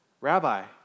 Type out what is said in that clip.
Rabbi